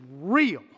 real